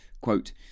quote